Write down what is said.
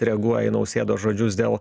reaguoja į nausėdos žodžius dėl